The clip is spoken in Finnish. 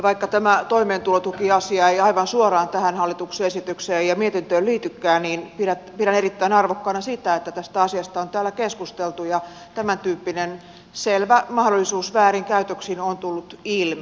vaikka tämä toimeentulotukiasia ei aivan suoraan tähän hallituksen esitykseen ja mietintöön liitykään niin pidän erittäin arvokkaana sitä että tästä asiasta on täällä keskusteltu ja tämäntyyppinen selvä mahdollisuus väärinkäytöksiin on tullut ilmi